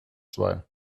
zwei